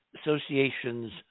associations